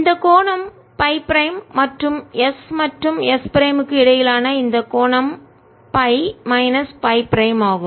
இந்த கோணம் phi prime மற்றும் s மற்றும் s பிரைம் க்கு இடையிலான இந்த கோணம் Φ மைனஸ் Φ பிரைம் ஆகும்